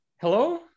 Hello